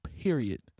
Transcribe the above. period